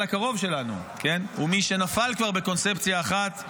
הקרוב שלנו ומי שנפל כבר בקונספציה אחת,